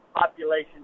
population